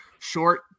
short